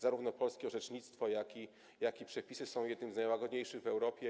Zarówno polskie orzecznictwo, jak i przepisy są jednymi z najłagodniejszych w Europie.